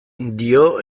dio